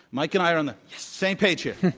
mike and i are on the same page here.